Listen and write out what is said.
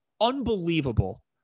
unbelievable